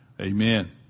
Amen